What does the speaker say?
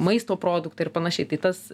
maisto produktai ir panašiai tai tas